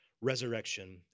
Resurrection